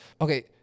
Okay